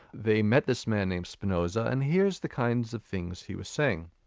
they met this man named spinoza and here's the kinds of things he was saying.